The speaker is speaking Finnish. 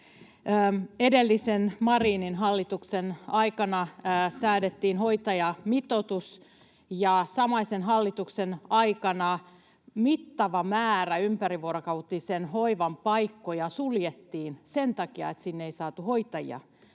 Edellisen, Marinin hallituksen aikana säädettiin hoitajamitoitus, ja samaisen hallituksen aikana mittava määrä ympärivuorokautisen hoivan paikkoja suljettiin sen takia, että sinne ei saatu hoitajia.